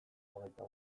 hogeita